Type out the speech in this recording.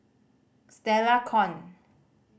Stella Kon